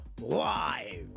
live